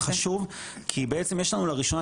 וזה חשוב כי יש לנו לראשונה,